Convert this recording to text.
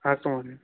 अस्तु महोदय